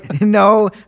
No